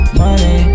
money